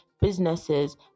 businesses